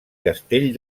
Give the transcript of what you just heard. castell